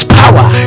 power